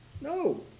No